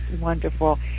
wonderful